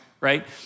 Right